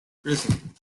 prison